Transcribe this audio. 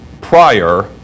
prior